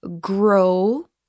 grow